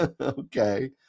Okay